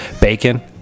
Bacon